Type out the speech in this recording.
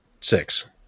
six